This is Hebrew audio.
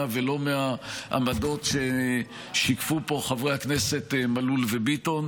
ולא מהעמדות ששיקפו פה חברי הכנסת מלול וביטון,